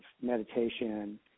meditation